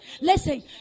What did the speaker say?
Listen